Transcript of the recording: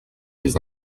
des